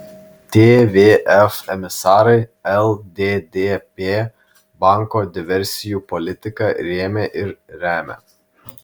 tvf emisarai lddp banko diversijų politiką rėmė ir remia